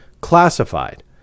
classified